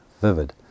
vivid